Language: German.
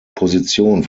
position